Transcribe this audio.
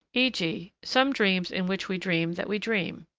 e g, some dreams in which we dream that we dream.